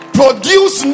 produce